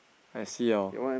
I see orh